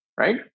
right